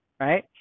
right